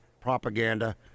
propaganda